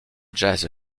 jazz